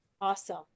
Awesome